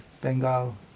Bengal